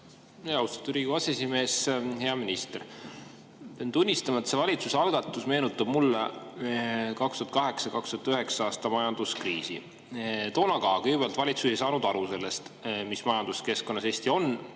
Austatud Riigikogu aseesimees! Hea minister! Pean tunnistama, et see valitsuse algatus meenutab mulle 2008. ja 2009. aasta majanduskriisi. Toona ka algul valitsus ei saanud aru, mis majanduskeskkonnas Eesti on.